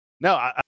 No